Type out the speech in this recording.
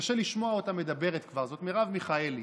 קשה לשמוע אותה מדברת כבר, זאת מרב מיכאלי,